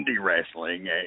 wrestling